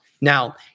Now